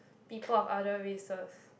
people of other races